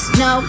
no